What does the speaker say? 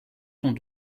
sont